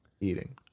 eating